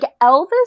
Elvis